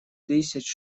тысяч